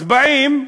אז באים,